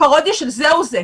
הפרודיה של "זהו זה"